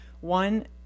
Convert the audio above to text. One